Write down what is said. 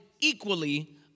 equally